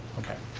okay,